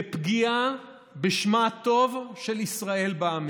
לפגיעה בשמה הטוב של ישראל בעמים.